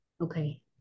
Okay